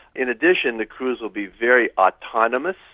in addition, the crews will be very autonomous,